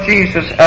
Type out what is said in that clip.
Jesus